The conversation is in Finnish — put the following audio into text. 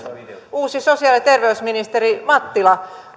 uusi sosiaali ja terveysministeri mattila